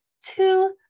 two